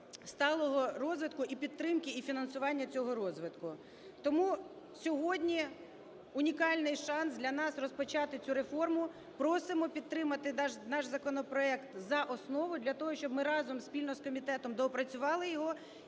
сталого розвитку і підтримки, і фінансування цього розвитку. Тому сьогодні унікальний шанс для нас розпочати цю реформи. Просимо підтримати наш законопроект за основу для того, щоб ми разом, спільно з комітетом доопрацювали його